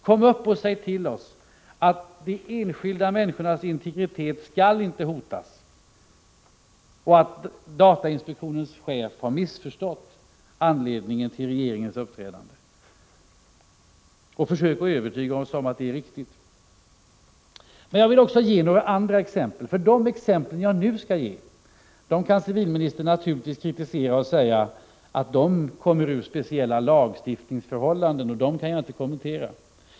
Tala om för oss att de enskilda människornas integritet inte skall hotas och att datainspektionens chef har missförstått anledningen till regeringens uppträdande! Försök att övertyga oss om att detta är riktigt! Jag vill ge ytterligare några exempel. Civilministern kan naturligtvis kritisera dem och säga att de rör speciella lagförhållanden och att han därför inte kan gå in på dem.